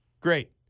Great